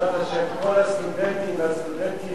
בעזרת השם כל הסטודנטים והסטודנטיות